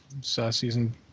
season